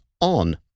on